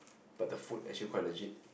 but the food actually quite legit